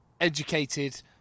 educated